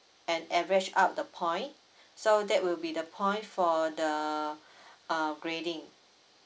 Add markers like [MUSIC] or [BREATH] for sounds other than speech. and average up the point [BREATH] so that will be the point for the [BREATH] uh grading